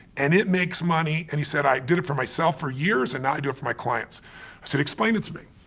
and it makes money, and he said, i did it for myself for years and now i do it for my clients. i said, explain it to me.